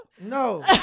No